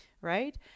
right